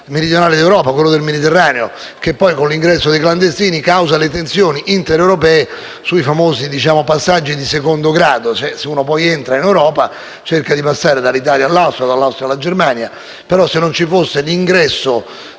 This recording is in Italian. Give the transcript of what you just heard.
meridionale d'Europa, quello del Mediterraneo, che poi con l'ingresso dei clandestini causa le tensioni intraeuropee sui famosi passaggi di secondo grado: se uno entra in Europa, cerca di passare dall'Italia all'Austria o dall'Austria alla Germania, ma se non ci fosse l'ingresso